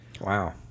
wow